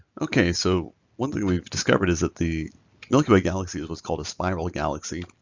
okay so one thing we've discovered is that the milky way galaxy is what's called a spiral galaxy.